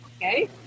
okay